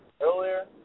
earlier